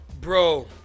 Bro